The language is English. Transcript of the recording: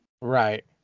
Right